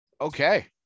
okay